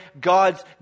God's